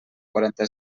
quaranta